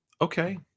Okay